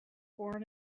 born